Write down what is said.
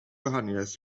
gwahaniaeth